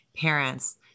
parents